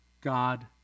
God